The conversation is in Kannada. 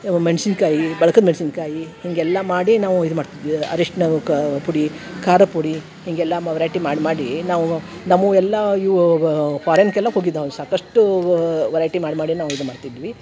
ಮೆಣ್ಸಿನ್ಕಾಯಿ ಬಾಳಕದ್ ಮೆಣ್ಸಿನಕಾಯಿ ಹೀಗೆಲ್ಲ ಮಾಡಿ ನಾವು ಇದು ಮಾಡ್ತಿದ್ವಿ ಅರಿಶಿನ ಕಾ ಪುಡಿ ಖಾರ ಪುಡಿ ಹೀಗೆಲ್ಲ ಮ ವೆರೈಟಿ ಮಾಡಿ ಮಾಡಿ ನಾವು ನಮ್ಮವ್ ಎಲ್ಲ ಇವು ಫಾರಿನ್ಕ್ಕೆಲ್ಲ ಹೋಗಿದ್ದಾವೆ ಸಾಕಷ್ಟು ವೆರೈಟಿ ಮಾಡಿ ಮಾಡಿ ನಾವು ಇದು ಮಾಡ್ತಿದ್ವಿ